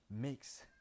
makes